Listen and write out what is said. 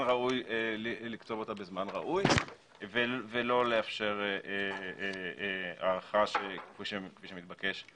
ראוי לקצוב אותה בזמן ראוי ולא לאפשר הארכה כפי שמתבקש.